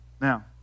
Now